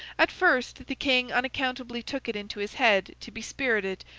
at first, the king unaccountably took it into his head to be spirited,